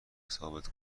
ثابت